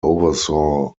oversaw